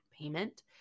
payment